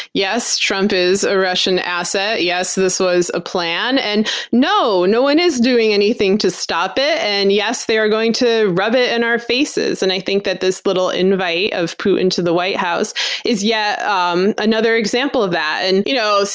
yes, trump is a russian asset yes, this was a plan and no, no one is doing anything to stop it and yes, they're going to rub it in our faces. and i think that this little invite of putin to the white house is yet um another example of that, and you know,